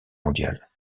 mondiale